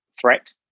threat